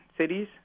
cities